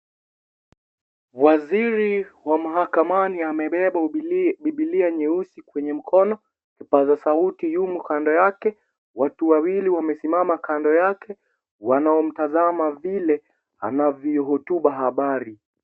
Waziri wa mahakamani, amebeba Bibilia nyeusi kwenye mkono. Kipaza sauti yumo kando yake. Watu wawili wamesimama kando yake. Wanaomtazama vile anavyohutubu habari.